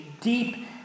deep